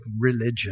religion